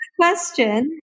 question